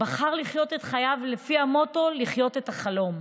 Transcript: הוא בחר לחיות את חייו לפי המוטו: לחיות את החלום.